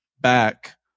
back